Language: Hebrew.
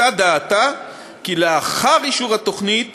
חיוותה דעתה כי לאחר אישור התוכנית